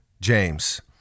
James